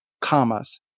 commas